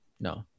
no